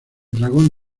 dragón